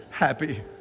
Happy